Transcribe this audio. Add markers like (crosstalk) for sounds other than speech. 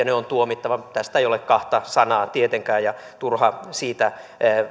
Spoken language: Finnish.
(unintelligible) ne on tuomittava tästä ei ole kahta sanaa tietenkään ja turha siitä